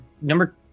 number